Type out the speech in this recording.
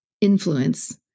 influence